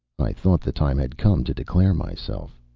i thought the time had come to declare myself.